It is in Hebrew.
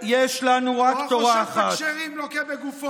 או "החושד בכשרים לוקה בגופו"?